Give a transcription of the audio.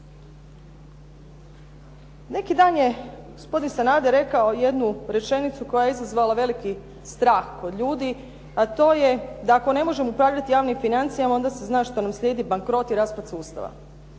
Neki dan je gospodin Sanader rekao jednu rečenicu koja je izazvala veliki strah kod ljudi a to je da ako ne možemo upravljati javnim financijama onda se zna što nam slijedi bankrot i raspad sustava.